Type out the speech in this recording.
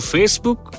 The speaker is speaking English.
Facebook